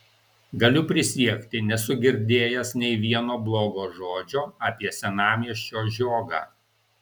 galiu prisiekti nesu girdėjęs nei vieno blogo žodžio apie senamiesčio žiogą